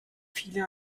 viele